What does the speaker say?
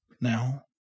now